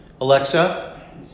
Alexa